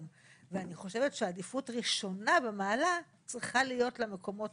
עדיפות ראשונה במעלה צריכה להיות למקומות